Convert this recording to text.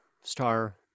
star